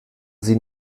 sie